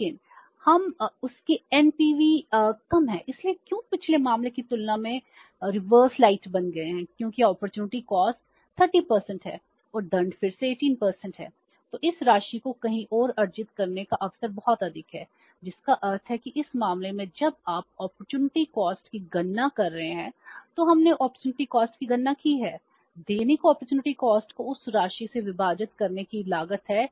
लेकिन हम उस के एनपीवी को उस राशि से विभाजित करने की लागत है